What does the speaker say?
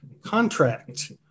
contract